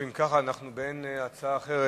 אם כך, באין הצעה אחרת,